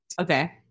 Okay